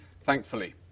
thankfully